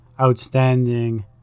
outstanding